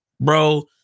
bro